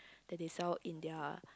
that they sell in their